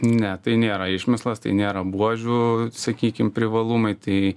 ne tai nėra išmislas tai nėra buožių sakykim privalumai tai